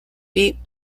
meet